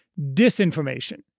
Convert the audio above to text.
disinformation